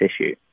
issue